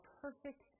perfect